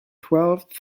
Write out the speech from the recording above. twelve